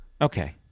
Okay